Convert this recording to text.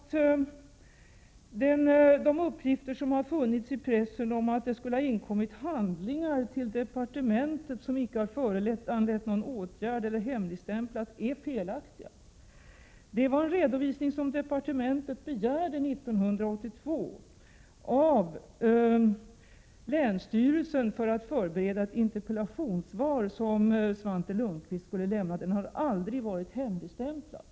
De uppgifter, som har funnits i pressen om att det skulle ha inkommit handlingar till departementet som icke har föranlett någon åtgärd eller som har hemligstämplats, är felaktiga. En redovisning, som departementet begärde 1982 av länsstyrelsen för att förbereda ett interpellationssvar som Svante Lundkvist skulle lämna, har aldrig varit hemligstämpad. Prot.